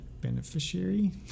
beneficiary